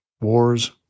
wars